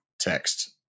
text